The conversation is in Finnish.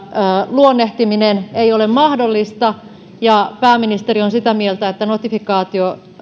luonnehtiminen ei ole mahdollista ja pääministeri on sitä mieltä että notifikaatio